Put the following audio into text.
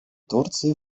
турция